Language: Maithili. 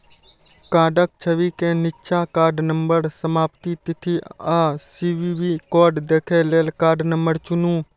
कार्डक छवि के निच्चा कार्ड नंबर, समाप्ति तिथि आ सी.वी.वी कोड देखै लेल कार्ड नंबर चुनू